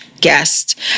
guest